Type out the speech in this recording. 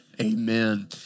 amen